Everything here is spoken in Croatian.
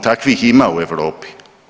Takvih ima u Europi.